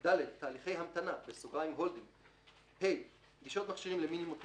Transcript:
(ד) תהליכי המתנה (Holding); (ה) גישות מכשירים למינימות מוגדרות,